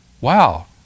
Wow